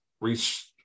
reach